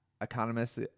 Economists